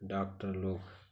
doctor लोग